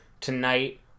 tonight